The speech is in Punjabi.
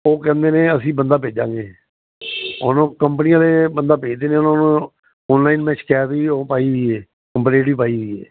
ਉਹ ਕਹਿੰਦੇ ਨੇ ਅਸੀਂ ਬੰਦਾ ਭੇਜਾਂਗੇ ਹੁਣ ਕੰਪਨੀਆਂ ਆਲੇ ਬੰਦਾ ਭੇਜਦੇ ਨੇ ਉਹਨਾਂ ਨੂੰ ਆਨਲਾਈਨ ਮੈਂ ਸ਼ਿਕਾਇਤ ਵੀ ਉਹ ਪਾਈ ਹੋਈ ਏ ਕੰਪਲੇਟ ਵੀ ਪਾਈ ਹੋਈ ਹ